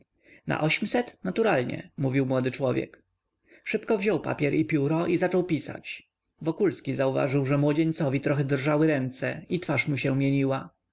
na ośmset naturalnie mówił młody człowiek szybko wziął papier i pióro i zaczął pisać wokulski zauważył że młodzieńcowi trochę drżały ręce i twarz mu się mieniła